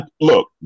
look